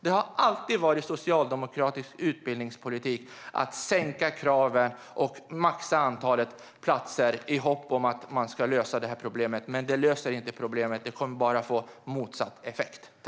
Det har alltid varit socialdemokratisk utbildningspolitik att sänka kraven och maxa antalet platser i hopp om att man ska lösa det här problemet. Men det löser inte problemet. Det kommer bara att få motsatt effekt.